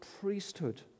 priesthood